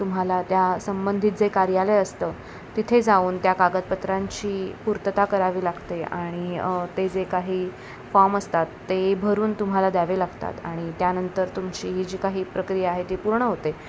तुम्हाला त्या संबंधित जे कार्यालय असतं तिथे जाऊन त्या कागदपत्रांची पूर्तता करावी लागते आणि ते जे काही फॉर्म असतात ते भरून तुम्हाला द्यावे लागतात आणि त्यानंतर तुमची ही जी काही प्रक्रिया आहे ती पूर्ण होते